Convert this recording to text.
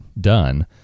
done